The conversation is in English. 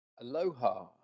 Aloha